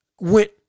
went